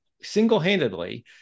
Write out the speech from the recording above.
single-handedly